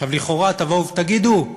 לכאורה תבואו ותגידו: